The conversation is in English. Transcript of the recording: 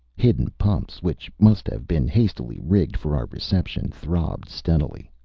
hidden pumps, which must have been hastily rigged for our reception, throbbed steadily.